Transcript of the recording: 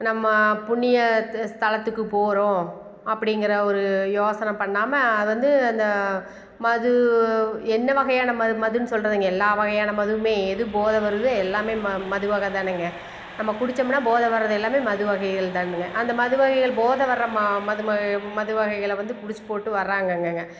நம்ம புண்ணிய ஸ்தலத்துக்கு போகிறோம் அப்படிங்குற ஒரு யோசனை பண்ணாமல் வந்து அந்த மது என்ன வகையான மதுனு சொல்கிறவைங்க எல்லா வகையான மதுவுமே எது போதை வருதோ எல்லாமே ம மது வகைத்தானங்க நம்ம குடித்தோமுன்னா போதை வர்றது எல்லாமே மது வகைகள் தானுங்க மது வகைகள் போதை வர ம மதும மது வகைகள வந்து குடிச்சுப் போட்டு வர்றாங்கங்க